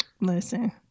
Listen